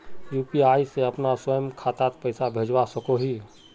UPI से अपना स्वयं खातात पैसा भेजवा सकोहो ही?